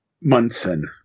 Munson